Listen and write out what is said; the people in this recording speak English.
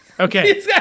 Okay